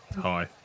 hi